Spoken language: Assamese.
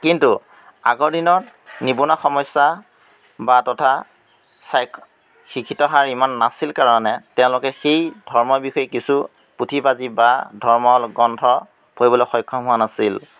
কিন্তু আগৰ দিনত নিবনুৱা সমস্যা বা তথা শিক্ষিত হাৰ ইমান নাছিল কাৰণে তেওঁলোকে সেই ধৰ্মৰ বিষয়ে কিছু পুথি পাজি বা ধৰ্ম গ্ৰন্থ পঢ়িবলৈ সক্ষম হোৱা নাছিল